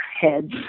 heads